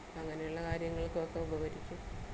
അങ്ങനെയുള്ള കാര്യങ്ങൾക്കൊക്കെ ഉപകരിക്കും